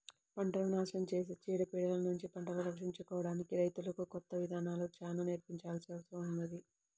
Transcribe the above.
పంటను నాశనం చేసే చీడ పీడలనుంచి పంటను రక్షించుకోడానికి రైతులకు కొత్త ఇదానాలను చానా నేర్పించాల్సిన అవసరం ఉంది